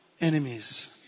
enemies